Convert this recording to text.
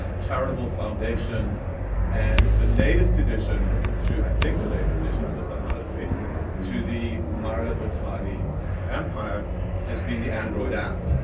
um charitable foundation and the latest addition to i think the latest addition, unless i'm out of date to the mario batali empire has been the android app,